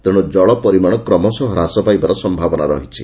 ତେଶୁ ଜଳ ପରିମାଶ କ୍ରମଶଃ ହ୍ରାସ ପାଇବାର ସୟାବନା ରହିଛି